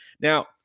Now